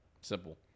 Simple